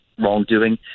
wrongdoing